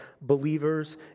believers